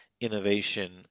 innovation